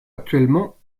actuellement